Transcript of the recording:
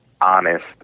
honest